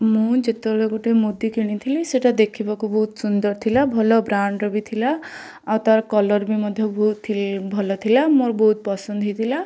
ମୁଁ ଯେତେବେଳେ ଗୋଟେ ମୁଦି କିଣିଥିଲି ସେଟା ଦେଖିବାକୁ ବହୁତ ସୁନ୍ଦର ଥିଲା ଭଲ ବ୍ରାଣ୍ଡ୍ ର ବି ଥିଲା ଆଉ ତା'ର କଲର୍ ବି ମଧ୍ୟ ବହୁତ ଭଲଥିଲା ମୋର ବହୁତ ପସନ୍ଦ ହେଇଥିଲା